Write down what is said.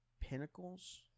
pinnacles